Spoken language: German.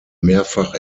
mehrfach